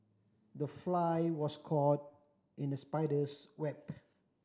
the fly was caught in the spider's web